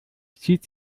zieht